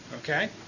Okay